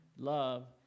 Love